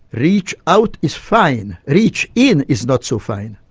reach out is fine, reach in is not so fine.